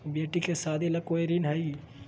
बेटी के सादी ला कोई ऋण हई?